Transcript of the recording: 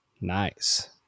Nice